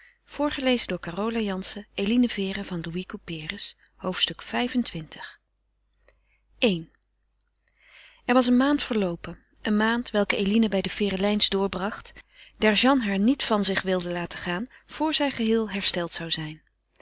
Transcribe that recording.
hoofdstuk xxv i er was een maand verloopen een maand welke eline bij de ferelijns doorbracht daar jeanne haar niet van zich wilde laten gaan voor zij geheel hersteld zou zijn